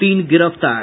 तीन गिरफ्तार